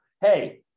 Hey